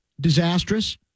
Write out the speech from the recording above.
disastrous